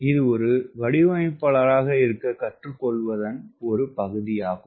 இது ஒரு வடிவமைப்பாளராக இருக்க கற்றுக்கொள்வதன் ஒரு பகுதியாகும்